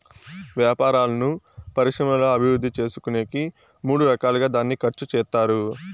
వ్యాపారాలను పరిశ్రమల అభివృద్ధి చేసుకునేకి మూడు రకాలుగా దాన్ని ఖర్చు చేత్తారు